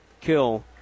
Kill